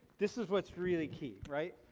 this is what's really key, right?